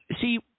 See